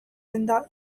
denda